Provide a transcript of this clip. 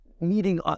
meeting